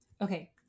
Okay